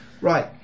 Right